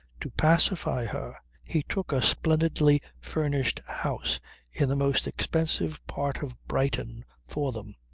to pacify her he took a splendidly furnished house in the most expensive part of brighton for them,